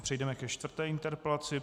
Přejdeme ke čtvrté interpelaci.